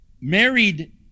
married